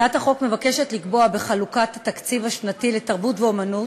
הצעת החוק מבקשת לקבוע בחלוקת התקציב השנתי לתרבות ואמנות,